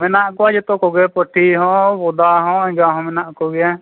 ᱢᱮᱱᱟᱜ ᱠᱚᱣᱟ ᱡᱚᱛᱚ ᱠᱚᱜᱮ ᱠᱚ ᱯᱟᱹᱴᱷᱤ ᱦᱚᱸ ᱵᱚᱫᱟ ᱦᱚᱸ ᱮᱸᱜᱟ ᱦᱚᱸ ᱢᱮᱱᱟᱜ ᱠᱚᱜᱮᱭᱟ